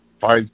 five